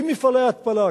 עם מפעלי ההתפלה,